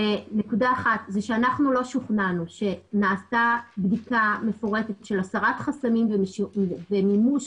אנחנו לא שוכנענו שנעשתה בדיקה מפורטת של הסרת חסמים ומימוש